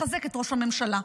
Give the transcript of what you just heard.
מחזק את ראש הממשלה,